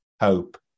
hope